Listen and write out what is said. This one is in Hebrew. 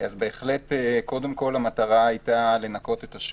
אז בהחלט, קודם כל המטרה הייתה לנקות את השוק,